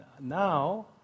now